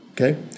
okay